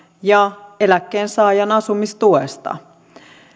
ja eläkkeensaajan asumistuesta